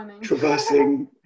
traversing